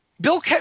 Bill